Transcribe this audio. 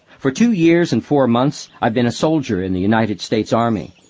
for two years and four months, i've been a soldier in the united states army.